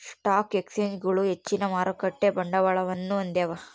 stock ಎಕ್ಸ್ಚೇಂಜ್ಗಳು ಹೆಚ್ಚಿನ ಮಾರುಕಟ್ಟೆ ಬಂಡವಾಳವನ್ನು ಹೊಂದ್ಯಾವ